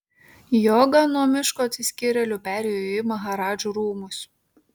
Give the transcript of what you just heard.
joga nuo miško atsiskyrėlių perėjo į maharadžų rūmus